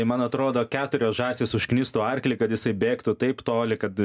man atrodo keturios žąsys užknistų arklį kad jisai bėgtų taip toli kad